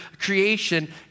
creation